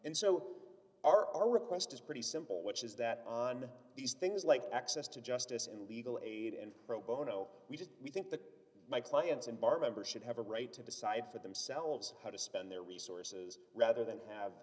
and so are our request is pretty simple which is that on these things like access to justice and legal aid and pro bono we just think that my clients and barbour should have a right to decide for themselves how to spend their resources rather than have